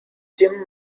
jim